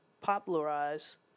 popularize